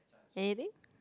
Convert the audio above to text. anything